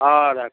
हँ राखू